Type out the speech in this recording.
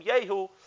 Yehu